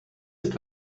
ist